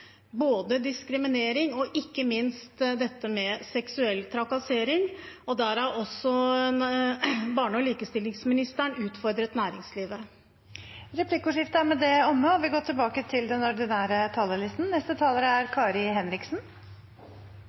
både diskriminering og ikke minst seksuell trakassering. Der har også barne- og likestillingsministeren utfordret næringslivet. Replikkordskiftet er omme. Forskjellene i Norge øker. Kuttene i formuesskatt gir mer penger i lommeboka til